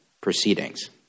proceedings